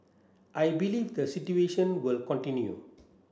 I believe the situation will continue